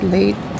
late